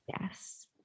Yes